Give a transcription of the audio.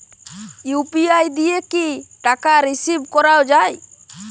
UPI দিয়ে কি টাকা রিসিভ করাও য়ায়?